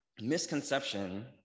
misconception